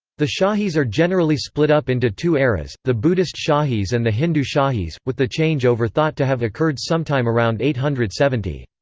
the shahis are generally split up into two eras the buddhist shahis and the hindu shahis, with the change-over thought to have occurred sometime around eight hundred and seventy.